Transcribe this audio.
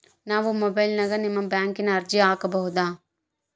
ನಾವು ಮೊಬೈಲಿನ್ಯಾಗ ನಿಮ್ಮ ಬ್ಯಾಂಕಿನ ಅರ್ಜಿ ಹಾಕೊಬಹುದಾ?